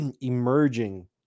emerging